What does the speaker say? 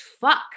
fuck